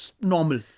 normal